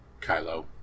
Kylo